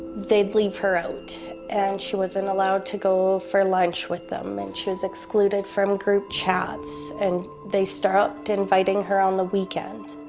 they'd leave her out and she wasn't allowed to go for lunch with them, and she was excluded from group chats, and they stopped inviting her on the weekends.